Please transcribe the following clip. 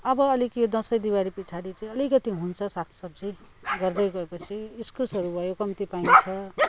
अब अलिक यो दसैँ दिवाली पछाडि चाहिँ अलिकति हुन्छ सागसब्जी गर्दै गएपछि इस्कुसहरू भयो कम्ती पाइन्छ